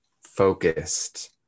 focused